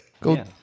Go